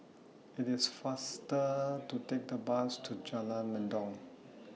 IT IS faster to Take The Bus to Jalan Mendong